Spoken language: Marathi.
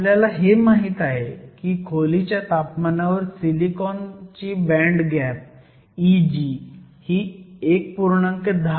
आपल्याला हे माहीत आहे की खोलीच्या तापमानावर सिलिकॉनची बँड गॅप Eg ही 1